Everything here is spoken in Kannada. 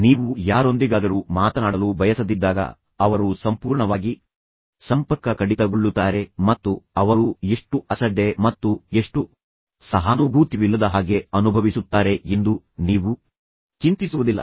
ನೀವು ಯಾರೊಂದಿಗಾದರೂ ಮಾತನಾಡಲು ಬಯಸದಿದ್ದಾಗ ಅವರು ಸಂಪೂರ್ಣವಾಗಿ ಸಂಪರ್ಕ ಕಡಿತಗೊಳ್ಳುತ್ತಾರೆ ಮತ್ತು ಅವರು ಎಷ್ಟು ಅಸಡ್ಡೆ ಮತ್ತು ಎಷ್ಟು ಸಹಾನುಭೂತಿವಿಲ್ಲದ ಹಾಗೆ ಅನುಭವಿಸುತ್ತಾರೆ ಎಂದು ನೀವು ಚಿಂತಿಸುವುದಿಲ್ಲ